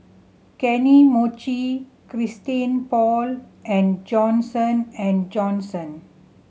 Kany Mochi Christian Paul and Johnson and Johnson